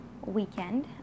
weekend